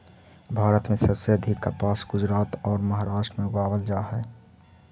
भारत में सबसे अधिक कपास गुजरात औउर महाराष्ट्र में उगावल जा हई